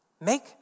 make